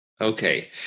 Okay